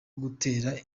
gutera